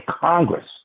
Congress